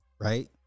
Right